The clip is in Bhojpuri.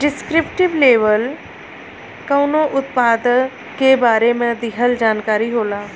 डिस्क्रिप्टिव लेबल कउनो उत्पाद के बारे में दिहल जानकारी होला